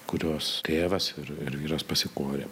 kurios tėvas i ir vyras pasikorė